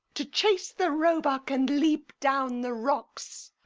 to chase the roebuck and leap down the rocks.